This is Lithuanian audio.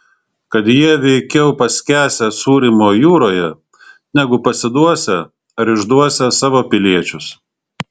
kad jie veikiau paskęsią sūrymo jūroje negu pasiduosią ar išduosią savo piliečius